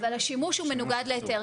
אבל, השימוש הוא מנוגד להיתר.